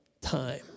time